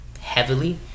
heavily